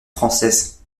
françaises